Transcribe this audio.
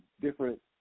different